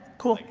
cool.